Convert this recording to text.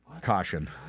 Caution